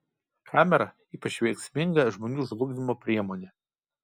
kamera ypač veiksminga žmonių žlugdymo priemonė